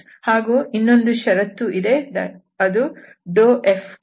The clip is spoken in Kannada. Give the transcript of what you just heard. ಹಾಗೂ ಇನ್ನೊಂದು ಶರತ್ತೂ ಇದೆ F2∂xF1∂y